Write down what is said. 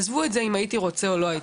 ועזבו רוצה או לא,